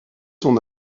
son